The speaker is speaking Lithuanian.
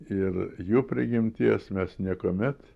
ir jų prigimties mes niekuomet